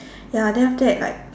ya then after that like